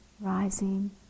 rising